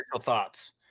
thoughts